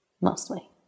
Mostly